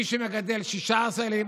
מי שמגדל 16 ילדים.